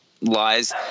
lies